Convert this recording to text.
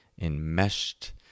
enmeshed